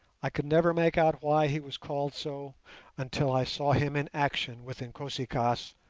i could never make out why he was called so until i saw him in action with inkosi-kaas,